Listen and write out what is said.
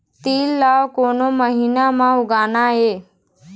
तील ला कोन महीना म उगाना ये?